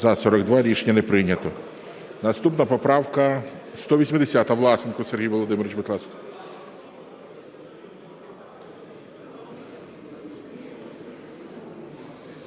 За-42 Рішення не прийнято. Наступна поправка 180. Власенко Сергій Володимирович, будь ласка.